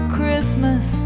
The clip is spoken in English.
Christmas